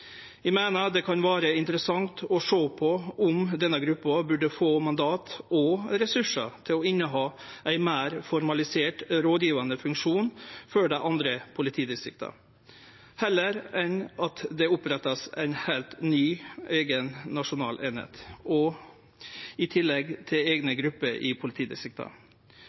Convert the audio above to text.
Eg meiner det kan vere interessant å sjå på om denne gruppa burde få mandat og ressursar til å ha ein meir formalisert rådgjevande funksjon for dei andre politidistrikta – heller det enn at det vert oppretta ei heilt ny, eiga nasjonal eining, i tillegg til eigne grupper i